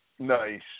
Nice